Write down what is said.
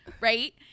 right